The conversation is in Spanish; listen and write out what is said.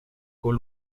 con